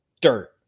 Dirt